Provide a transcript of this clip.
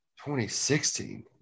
2016